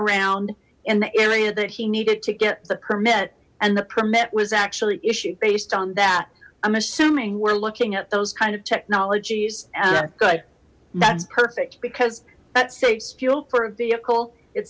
around in the area that he needed to get the permit and the permit was actually issued based on that i'm assuming we're looking at those kind of technologies and good that's perfect because that saves fuel for a vehicle it